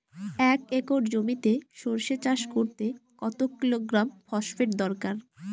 এক একর জমিতে সরষে চাষ করতে কত কিলোগ্রাম ফসফেট দরকার?